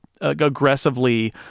aggressively